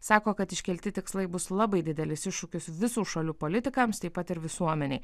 sako kad iškelti tikslai bus labai didelis iššūkis visų šalių politikams taip pat ir visuomenei